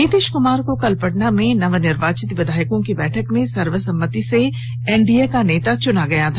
नीतीश कुमार को कल पटना में नवनिर्वाचित विधायकों की बैठक में सर्वसम्मति से एनडीए का नेता चुना गया था